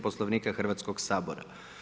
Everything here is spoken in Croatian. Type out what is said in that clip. Poslovnika Hrvatskog sabora.